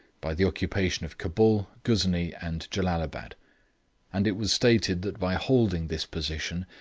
by the occupation of cabul, ghuznee and jellalabad and it was stated that by holding this position,